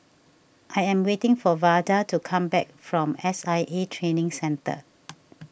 I am waiting for Vada to come back from S I A Training Centre